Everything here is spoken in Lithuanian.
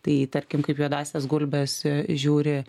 tai tarkim kaip į juodąsias gulbes žiūri